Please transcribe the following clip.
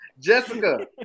Jessica